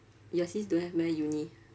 your sis don't have meh uni